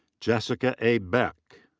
jessica a beck.